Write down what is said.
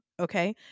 Okay